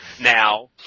now